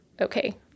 Okay